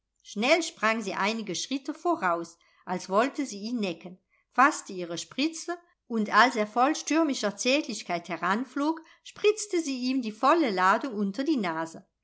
schnell sprang sie einige schritte voraus als wollte sie ihn necken faßte ihre spritze und als er voll stürmischer zärtlichkeit heranflog spritzte sie ihm die volle ladung unter die nase